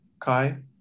Kai